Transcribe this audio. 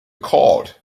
cord